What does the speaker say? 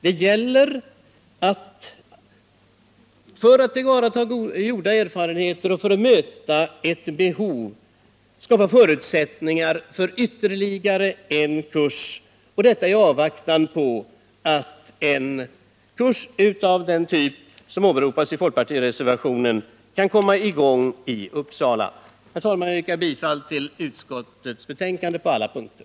Det gäller — för att tillvarata gjorda erfarenheter och för att möta ett behov — att skapa förutsättningar för ytterligare en kurs — detta i avvaktan på att en kurs av den typ som åberopas i folkpartireservationen kan komma i gång i Uppsala. Herr talman! Jag yrkar bifall till utskottets hemställan på alla punkter.